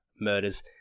murders